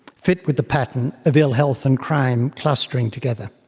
fit with the pattern of ill-health and crime clustering together.